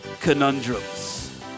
Conundrums